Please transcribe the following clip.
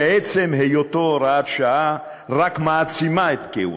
שעצם היותו הוראת שעה רק מעצים את כיעורו.